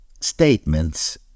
statements